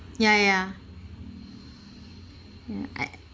ya ya ya I